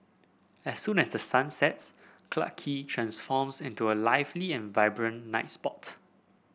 as soon as the sun sets Clarke Quay transforms into a lively and vibrant night spot